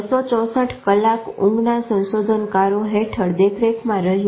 264 કલાક ઊંઘના સંશોધનકારો હેઠળ દેખરેખમાં રહ્યો